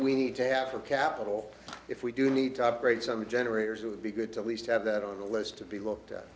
we need to after capital if we do need to upgrade some generators it would be good at least at that on the list to be looked at